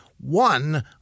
one